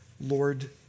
Lord